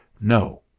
No